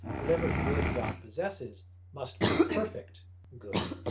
whatever good god possesses must be perfect good.